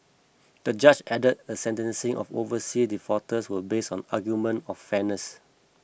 the judge added the sentencing of overseas defaulters was based on argument of fairness